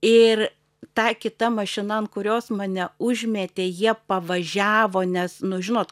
ir ta kita mašina ant kurios mane užmetė jie pavažiavo nes nu žinot